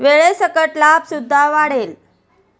वेळेसकट लाभ सुद्धा वाढेल